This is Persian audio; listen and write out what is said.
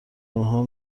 انها